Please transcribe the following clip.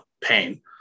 pain